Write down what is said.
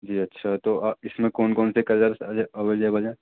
جی اچھا تو اس میں کون کون سے کلرس اویلیبل ہیں